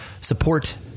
support